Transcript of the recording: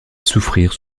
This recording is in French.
souffrir